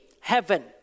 heaven